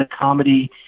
comedy